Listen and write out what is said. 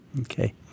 Okay